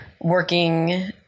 working